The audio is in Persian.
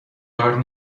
کار